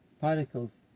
particles